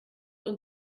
und